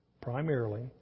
primarily